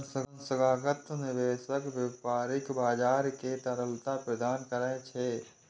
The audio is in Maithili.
संस्थागत निवेशक व्यापारिक बाजार कें तरलता प्रदान करै छै